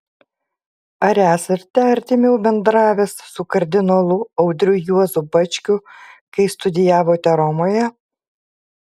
ar esate artimiau bendravęs su kardinolu audriu juozu bačkiu kai studijavote romoje